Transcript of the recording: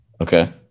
Okay